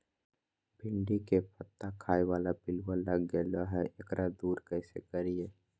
भिंडी के पत्ता खाए बाला पिलुवा लग गेलै हैं, एकरा दूर कैसे करियय?